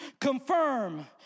confirm